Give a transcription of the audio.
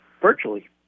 virtually